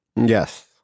Yes